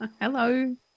Hello